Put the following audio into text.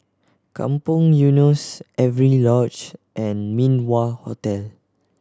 Kampong Eunos Avery Lodge and Min Wah Hotel